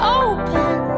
open